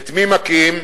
את מי מכים?